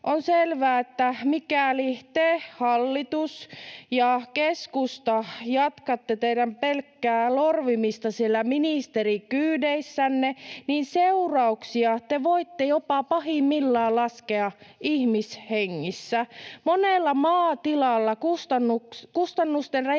on selvää, että mikäli te, hallitus ja keskusta, jatkatte teidän pelkkää lorvimistanne siellä ministerikyydeissänne, niin seurauksia te voitte pahimmillaan laskea jopa ihmishengissä. Monella maatilalla kustannusten